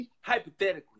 Hypothetically